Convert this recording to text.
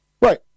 right